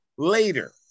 Later